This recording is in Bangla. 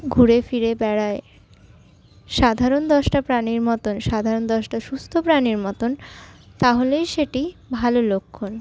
ঘুরে ফিরে বেড়ায় সাধারণ দশটা প্রাণীর মতো সাধারণ দশটা সুস্থ প্রাণীর মতোন তাহলেই সেটি ভালো লক্ষণ